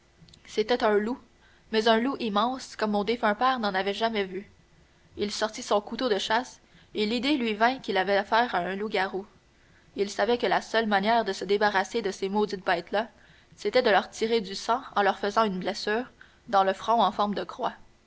c'était un loup mais un loup immense comme mon défunt père n'en avait jamais vu il sortit son couteau de chasse et l'idée lui vint qu'il avait affaire à un loup-garou il savait que la seule manière de se débarrasser de ces maudites bêtes-là c'était de leur tirer du sang en leur faisant une blessure dans le front en forme de croix